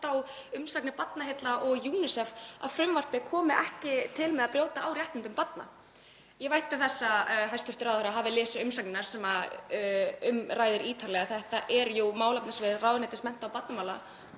á umsagnir Barnaheilla og UNICEF, að frumvarpið komi ekki til með að brjóta á réttindum barna. Ég vænti þess að hæstv. ráðherra hafi lesið umsagnirnar sem um ræðir ítarlega, þetta er jú málefnasvið ráðuneytis mennta- og barnamála